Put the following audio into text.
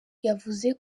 yavuze